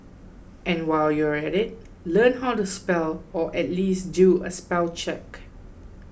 and while you're at it learn how to spell or at least do a spell check